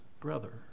brother